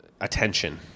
attention